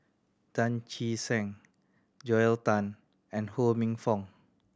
Tan Che Sang Joel Tan and Ho Minfong